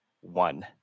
one